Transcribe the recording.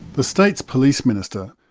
the state's police minister